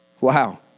Wow